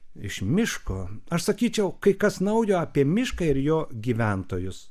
iš miško aš sakyčiau kai kas naujo apie mišką ir jo gyventojus